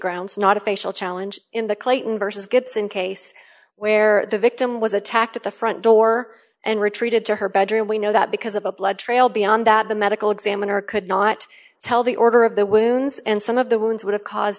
grounds not a facial challenge in the clayton vs gibson case where the victim was attacked at the front door and retreated to her bedroom we know that because of a blood trail beyond that the medical examiner could not tell the order of the wounds and some of the wounds would have caused